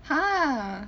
!huh!